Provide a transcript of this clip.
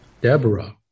Deborah